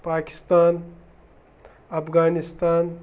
Pakistan Afghanistan